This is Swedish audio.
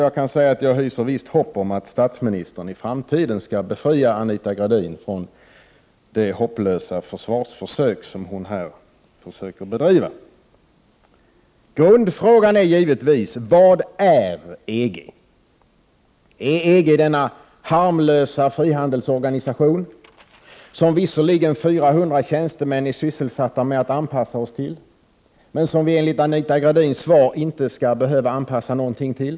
Jag kan säga att jag hyser visst hopp om att statsministern i framtiden skall befria Anita Gradin från de hopplösa försvarsförsök hon här försöker bedriva. Grundfrågan är givetvis: Vad är EG? Är EG denna harmlösa frihandelsorganisation, som visserligen 400 tjänstemän är sysselsatta med att anpassa oss till, men som vi enligt Anita Gradins svar inte skall behöva anpassa någonting till?